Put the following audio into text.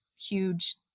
huge